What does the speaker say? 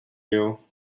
rail